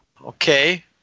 Okay